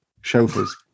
Chauffeurs